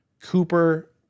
Cooper